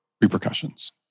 repercussions